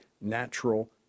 natural